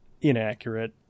inaccurate